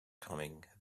coming